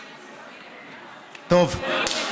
טוב.